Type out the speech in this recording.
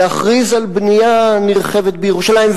להכריז על בנייה נרחבת בירושלים.